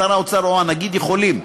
שר האוצר או הנגיד יכולים,